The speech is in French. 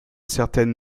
certaine